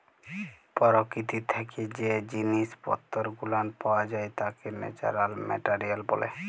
পরকীতি থাইকে জ্যে জিনিস পত্তর গুলান পাওয়া যাই ত্যাকে ন্যাচারাল মেটারিয়াল ব্যলে